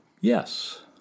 yes